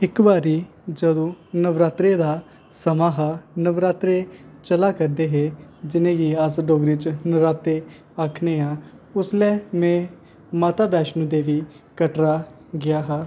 इक्क बारी जदूं नवरात्रें दा समां हा नवरात्रे चला करदे हे जिनेंगी अस डोगरी च नरात्ते आक्खने आं उसलै में माता वैष्णो देवी कटरा गेआ हा